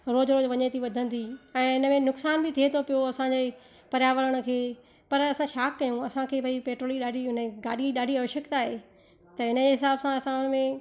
रोज रोज वञे थी वधंदी ऐं इन में नुक़सानु बि थिए थो पियो असांजे पर्यावरण खे पर असां छा कयूं असांखे भाई पेट्रोल जी ॾाढी माना गाॾी जी ॾाढी आवश्यकता आहे त हिन जे हिसाबु सां असां में